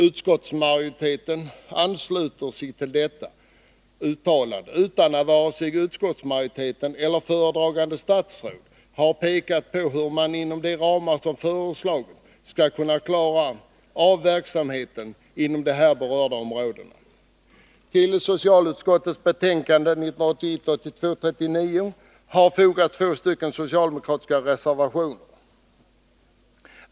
Utskottsmajoriteten ansluter sig till detta uttalande utan att vare sig utskottsmajoriteten eller föredragande statsråd har pekat på hur man inom de ramar som har föreslagits skall kunna klara verksamheten inom de här berörda områdena. Till socialutskottets betänkande har fogats två socialdemokratiska reservationer.